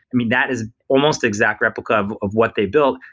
i mean, that is almost exact replica of of what they built.